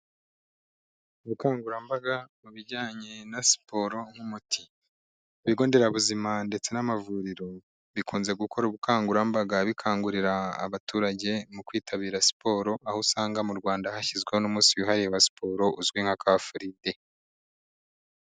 Ubukangurambaga mu bijyanye na siporo n'umuti ,ibigo nderabuzima ndetse n'amavuriro bikunze gukora ubukangurambaga bikangurira abaturage mu kwitabira siporo aho usanga mu rwanda hashyizweho n'umunsi wihariye wa siporo uzwi nka Car free day.